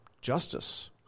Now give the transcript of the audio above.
justice